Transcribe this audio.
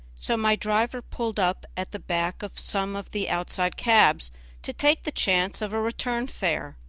so my driver pulled up at the back of some of the outside cabs to take the chance of a return fare.